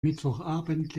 mittwochabend